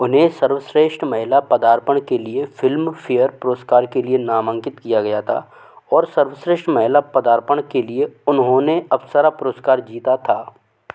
उन्हें सर्वश्रेष्ठ महिला पदार्पण के लिए फिल्मफेयर पुरस्कार के लिए नामांकित किया गया था और सर्वश्रेष्ठ महिला पदार्पण के लिए उन्होंने अप्सरा पुरस्कार जीता था